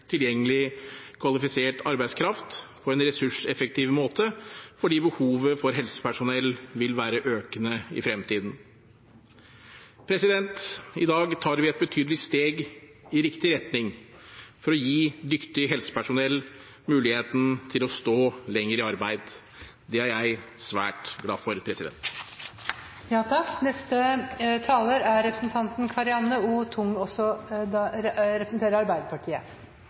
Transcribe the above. tilgjengelig kvalifisert arbeidskraft på en ressurseffektiv måte, fordi behovet for helsepersonell vil være økende i fremtiden I dag tar vi et betydelig steg i riktig retning for å gi dyktig helsepersonell muligheten til å stå lenger i arbeid. Det er jeg svært glad for. Helse- og omsorgstjenesten vår må ha befolkningens tillit. Det krever kvalitet, pasientsikkerhet og forsvarlighet i alle ledd. Dette gjelder også